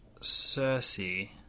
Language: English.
Cersei